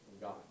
God